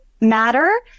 matter